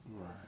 Right